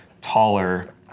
taller